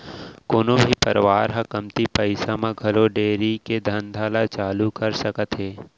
कोनो भी परवार ह कमती पइसा म घलौ डेयरी के धंधा ल चालू कर सकत हे